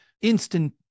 instant